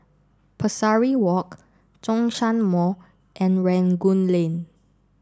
Pesari walk Zhongshan Mall and Rangoon Lane